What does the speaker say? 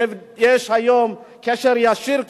יש היום קשר ישיר,